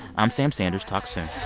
i'm sam sanders. talk soon